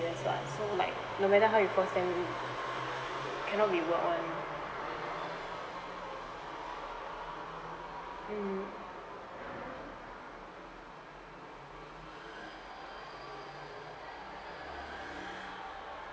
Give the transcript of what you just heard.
serious [what] so like no matter how you coach them cannot be worked on mmhmm